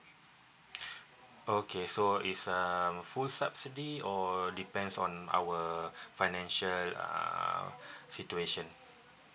okay so is um full subsidy or depends on our financial uh situation